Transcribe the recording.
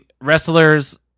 wrestlers